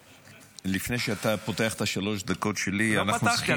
לפני שאתה פותח את השלוש דקות שלי --- לא פתחתי.